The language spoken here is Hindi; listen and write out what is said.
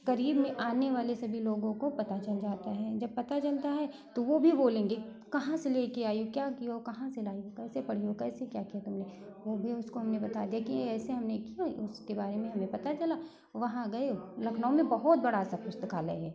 करीब में आने वाले में सभी लोगों को पता चल जाता है जब पता चलता है तो वो भी बोलेंगे कहाँ से ले के आई हो क्या किए हो कहाँ से लाई हो कैसे पढ़ी हो कैसे क्या किया तुमने वो भी उसको हमने बता दिया कि ये ऐसे हमने उसके बारे में हमें पता चला वहाँ गए लखनऊ में बहुत बड़ा सा पुस्तकालय है